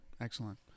Excellent